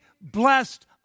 blessed